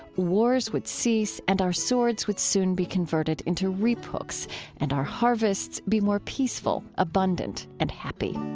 wars would cease and our swords would soon be converted into reap-hooks and our harvests be more peaceful, abundant, and happy